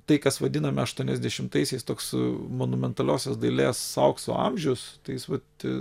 tai kas vadiname aštuoniasdešimtaisiais toks monumentaliosios dailės aukso amžius tai jis vat